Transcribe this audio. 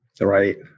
Right